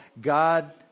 God